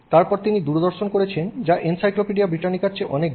তারপরে তিনি দূরদর্শন করেছেন যা এনসাইক্লোপিডিয়া ব্রিটানিকার চেয়ে অনেক বেশি